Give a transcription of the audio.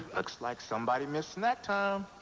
looks like somebody missed snack time.